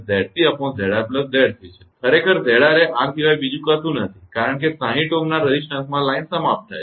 તેથી ખરેખર 𝑍𝑟 એ R સિવાય બીજું કશું નથી કારણ કે 60 Ω ના રેઝિસ્ટન્સમાં લાઇન સમાપ્ત થાય છે